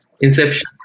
Inception